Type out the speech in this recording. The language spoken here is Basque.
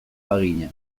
bagina